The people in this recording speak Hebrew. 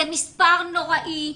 זה מספר נוראי,